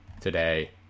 today